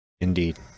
indeed